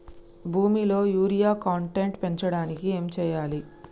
భూమిలో urea content పెంచడానికి ఏం చేయాలి?